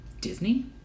Disney